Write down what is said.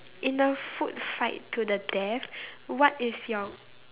in a food fight to the death what is your